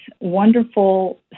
wonderful